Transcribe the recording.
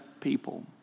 people